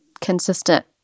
consistent